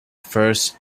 first